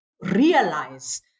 realize